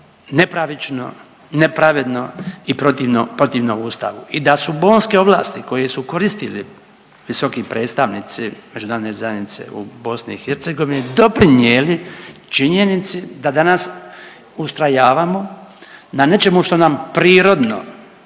nepravično, nepravedno i protivno Ustavu i da su Bonske ovlasti koje su koristili visoki predstavnici Međunarodne zajednice u BiH doprinijeli činjenici da danas ustrajavamo na nečemu što nam prirodno,